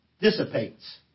dissipates